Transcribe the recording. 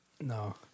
No